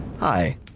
Hi